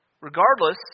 Regardless